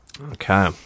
Okay